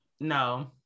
no